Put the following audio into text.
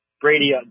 Brady